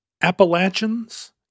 Appalachians